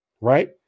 right